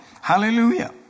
Hallelujah